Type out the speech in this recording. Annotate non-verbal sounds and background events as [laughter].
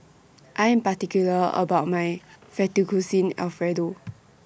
I Am particular about My [noise] Fettuccine Alfredo